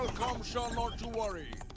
so not to worry,